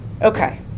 Okay